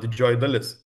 didžioji dalis